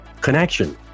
connection